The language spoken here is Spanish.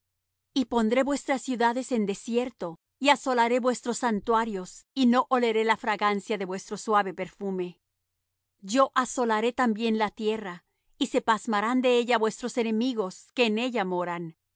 y pondré vuestras ciudades en desierto y asolaré vuestros santuarios y no oleré la fragancia de vuestro suave perfume yo asolaré también la tierra y se pasmarán de ella vuestros enemigos que en ella moran